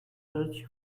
search